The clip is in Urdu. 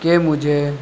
کہ مجھے